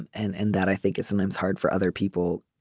and and and that i think is sometimes hard for other people.